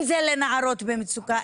אם זה לנערות במצוקה,